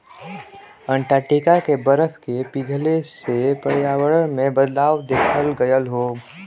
Antarctica के बरफ के पिघले से पर्यावरण में बदलाव देखल गयल हौ